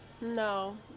No